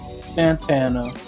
Santana